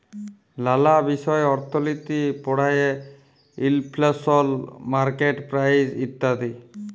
লালা বিষয় অর্থলিতি পড়ায়ে ইলফ্লেশল, মার্কেট প্রাইস ইত্যাদি